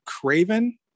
Craven